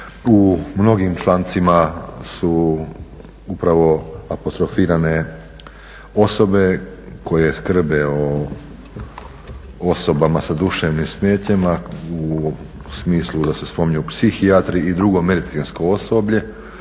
u mnogim člancima su upravo apostrofirane osobe koje skrbe o osobama sa duševnim smetnjama u smislu da se spominju psihijatri i drugo medicinsko osoblje,